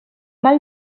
mal